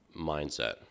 mindset